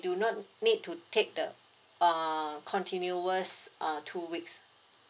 do not need to take the uh continuous err two weeks